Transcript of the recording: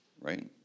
right